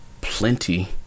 Plenty